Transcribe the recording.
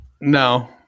No